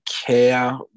care